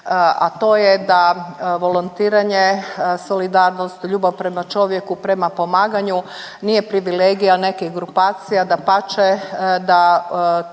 a to je da volontiranje, solidarnost, ljubav prema čovjeku, prema pomaganju nije privilegija nekih grupacija. Dapače, da